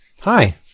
Hi